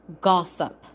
gossip